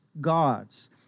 gods